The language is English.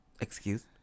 Excuse